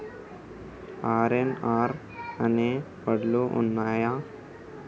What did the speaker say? RNR అనే వడ్లు ఉన్నయా?